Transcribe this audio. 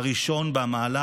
הראשון במעלה,